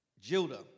Judah